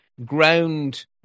ground